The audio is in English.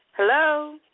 Hello